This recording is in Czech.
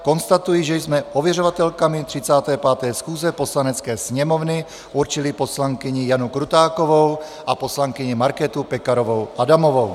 Konstatuji, že jsme ověřovatelkami 35. schůze Poslanecké sněmovny určili poslankyni Janu Krutákovou a poslankyni Markétu Pekarovou Adamovou.